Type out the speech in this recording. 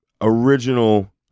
original